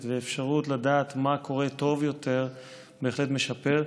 ואפשרות לדעת מה קורה טוב יותר בהחלט משפר.